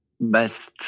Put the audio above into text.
Best